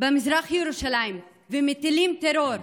במזרח ירושלים, ומטילות טרור,